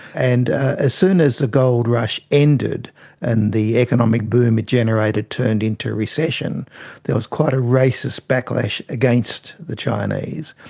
and ah as soon as the gold rush ended and the economic boom it generated turned into recession there was quite a racist backlash against the chinese,